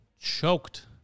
choked